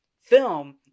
film